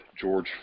George